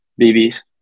BB's